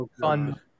fun